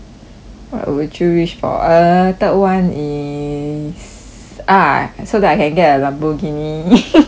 what would you wish for err third [one] is ah so that I can get a Lamborghini